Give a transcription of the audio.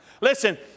Listen